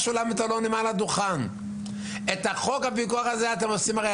שולמית אלוני אמרה מעל הדוכן: את חוק הפיקוח הזה אתם עושים אחרי